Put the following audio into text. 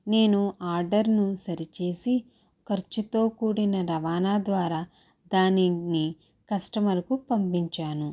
నేను ఆర్డర్ను సరిచేసి ఖర్చుతో కూడిన రవాణా ద్వారా దానిని కస్టమరుకు పంపించాను